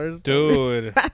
dude